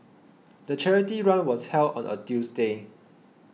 the charity run was held on a Tuesday